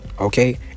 okay